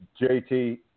JT